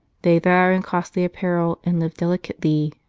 they that are in costly apparel, and live delicately,